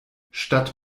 statt